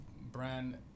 brand